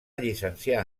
llicenciar